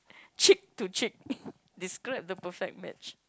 cheek to cheek describe the perfect match